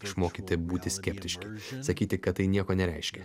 išmokyti būti skeptiški sakyti kad tai nieko nereiškia